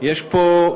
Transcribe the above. יש פה,